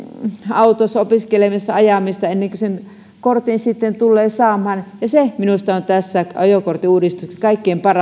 autossa opiskelemassa ajamista ennen kuin sen kortin sitten tulee saamaan se minusta on tässä ajokorttiuudistuksessa kaikkein